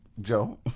Joe